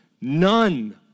none